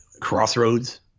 Crossroads